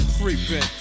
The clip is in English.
creeping